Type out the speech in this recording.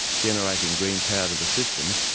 generating green power to the system,